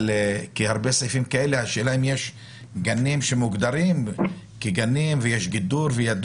השאלה אם יש גנים מוגדרים עם גידור ושילוט,